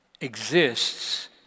exists